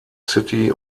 city